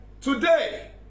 Today